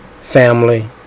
family